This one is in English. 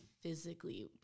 physically